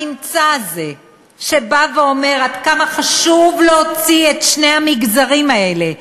הממצא הזה שבא ואומר עד כמה חשוב להוציא את שני המגזרים האלה,